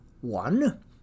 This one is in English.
one